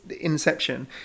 inception